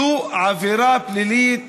זו עבירה פלילית